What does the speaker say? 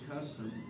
custom